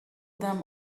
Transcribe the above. them